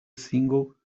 single